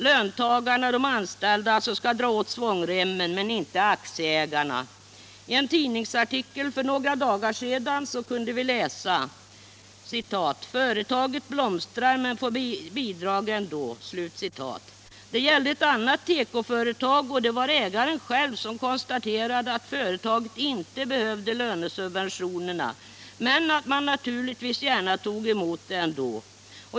Löntagarna — alltså de anställda — skall dra åt svångremmen men inte aktieägarna. I en tidningsartikel för några dagar sedan kunde vi läsa: ”Företaget blomstrar men får bidrag ändå.” Det gällde ett annat tekoföretag, och det var ägaren själv som konstaterade att företaget inte behövde lönesubventionerna men att man naturligtvis gärna tog emot dem ändå.